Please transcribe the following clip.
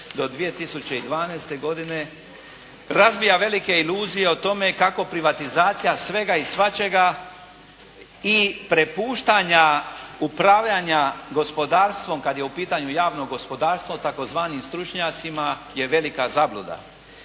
do 2012. godine" razbija velike iluzije o tome kako privatizacija svega i svačega i prepuštanja upravljanja gospodarskom kad je u pitanju javno gospodarstvo tzv. stručnjacima je velika zabluda.